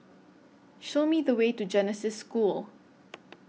Show Me The Way to Genesis School